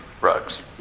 rugs